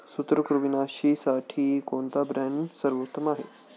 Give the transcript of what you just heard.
सूत्रकृमिनाशीसाठी कोणता ब्रँड सर्वोत्तम आहे?